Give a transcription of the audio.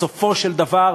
בסופו של דבר,